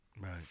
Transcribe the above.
Right